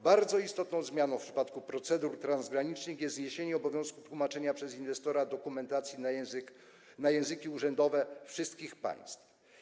Bardzo istotną zmianą w przypadku procedur transgranicznych jest zniesienie obowiązku tłumaczenia przez inwestora dokumentacji na języki urzędowe wszystkich państw.